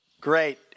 Great